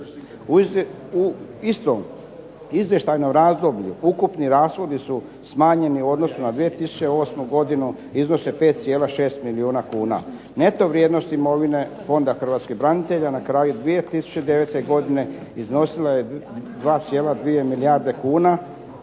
U istom izvještajnom razdoblju ukupni rashodi su smanjeni u odnosu na 2008. godinu i iznose 5,6 milijuna kuna. Neto vrijednost imovine Fonda hrvatskih branitelja na kraju 2009. godine iznosila je 2,2 milijarde kuna,